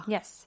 Yes